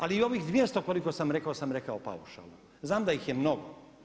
Ali ovih 200 koliko sam rekao, sam rekao paušalno, znam da ih je mnogo.